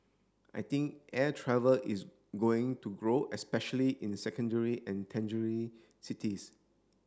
I think air travel is going to grow especially in secondary and cities